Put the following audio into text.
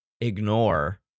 ignore